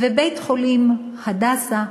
ובית-חולים "הדסה"